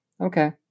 okay